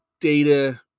data